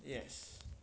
yes